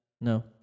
No